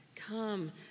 come